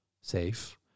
safe